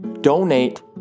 donate